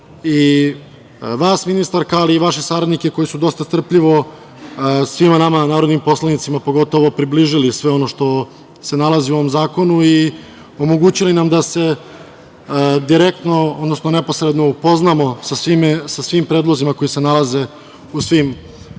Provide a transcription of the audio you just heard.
i vas ministarka, ali i vaše saradnike koji su dosta strpljivo svima nama, narodnim poslanicima, pogotovo približili sve ono što se nalazi u ovom zakonu i omogućili nam da se direktno, odnosno neposredno upoznamo sa svim predlozima koji se nalaze u svim, odnosno